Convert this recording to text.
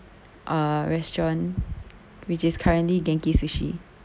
uh restaurant which is currently Genki-Sushi